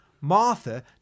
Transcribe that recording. Martha